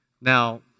Now